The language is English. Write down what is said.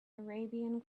arabian